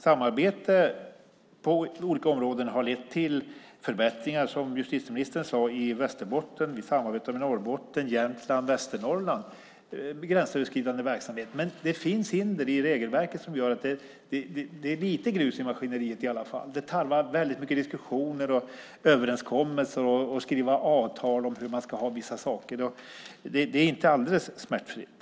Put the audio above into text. Samarbete på olika områden har lett till förbättringar i Västerbotten, som justitieministern sade. Vi samarbetar med Norrbotten, Jämtland och Västernorrland med gränsöverskridande verksamhet. Men det finns hinder i regelverket som gör att det är lite grus i maskineriet i alla fall. Det tarvar väldigt mycket diskussioner, överenskommelser och avtalsskrivande om hur man ska ha vissa saker. Det är inte alldeles smärtfritt.